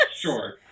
Sure